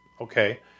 okay